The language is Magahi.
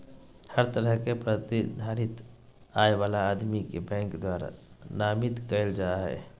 हर तरह के प्रतिधारित आय वाला आदमी के बैंक द्वारा नामित कईल जा हइ